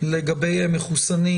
לגבי מחוסנים